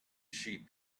sheep